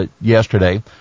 yesterday